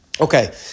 Okay